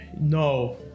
no